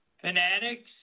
Fanatics